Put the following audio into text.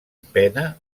pena